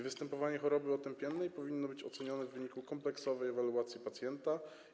Występowanie choroby otępiennej powinno być ocenione w wyniku kompleksowej ewaluacji pacjenta.